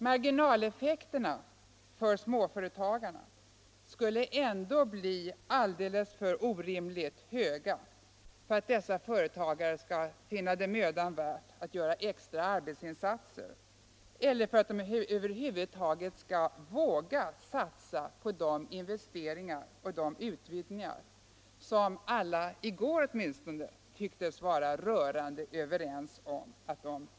Marginaleffekterna för småföretagarna skulle ändå bli alldeles orimligt för höga för att dessa företagare skall finna det mödan värt att göra extra arbetsinsatser eller för att de över huvud taget skall våga satsa på de investeringar och utvidgningar vilkas nödvändighet alla här i kammaren åtminstone i går tycktes vara rörande överens om.